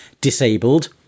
disabled